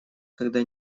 когда